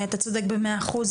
אתה צודק במאה אחוז.